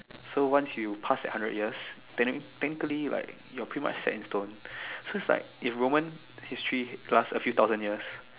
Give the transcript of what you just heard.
so once you pass that hundred years then that technically you like you are pretty much sand stone so is like if Roman history last a few thousand years